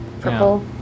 Purple